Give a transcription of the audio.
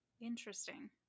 Interesting